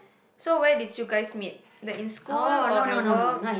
so where did you guys meet that in school or at work